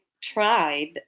tribe